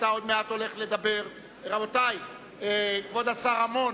שעוד מעט הולך לדבר, כבוד השר רמון,